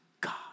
god